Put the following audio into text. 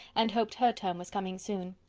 and hoped her turn was coming soon.